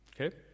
Okay